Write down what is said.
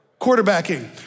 Quarterbacking